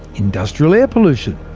industrial air pollution,